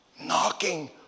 knocking